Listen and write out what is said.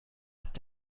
hat